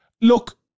look